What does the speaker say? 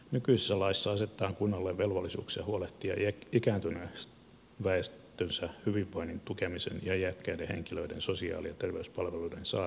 nykyisessä laissa asetetaan kunnalle velvollisuuksia huolehtia ikääntyneen väestönsä hyvinvoinnin tukemisen ja iäkkäiden henkilöiden sosiaali ja terveyspalveluiden saannin edellytyksistä